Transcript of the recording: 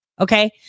Okay